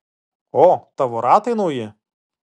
o tavo ratai nauji